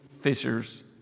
fishers